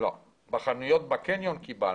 בחנויות בקניון קיבלנו.